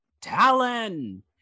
Talon